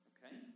Okay